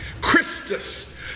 Christus